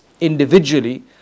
individually